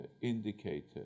indicator